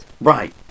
Right